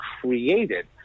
created